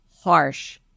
harsh